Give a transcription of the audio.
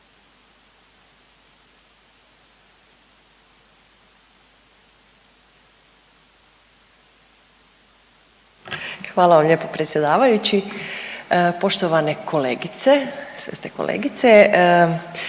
Hvala vam lijepo predsjedavajući. Poštovana pravobraniteljice,